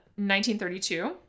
1932